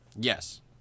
Yes